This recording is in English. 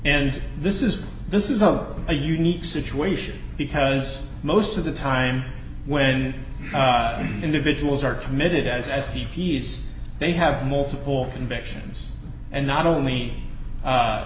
and this is this is a a unique situation because most of the time when individuals are committed as as d p s they have multiple convictions and not only